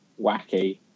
wacky